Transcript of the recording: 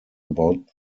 about